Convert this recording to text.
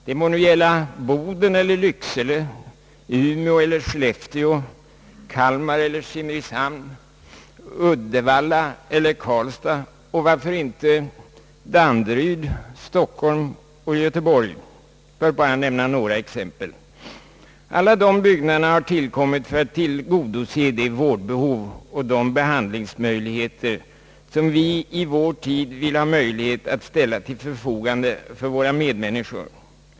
Det må gälla Boden eller Lycksele, Umeå eller Sollefteå, Kalmar eller Simrishamn, Uddevalla eller Karlstad och varför inte Danderyd, Stockholm eller Göteborg — för att bara nämna några exempel. Alla de byggnaderna har tillkommit för att tillgodose de vårdbehov och de behandlingsmöjligheter som vi i vår tid vill ställa till förfogande för våra medmänniskor.